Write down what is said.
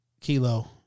Kilo